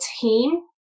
team